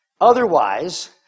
Otherwise